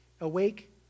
Awake